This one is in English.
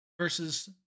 versus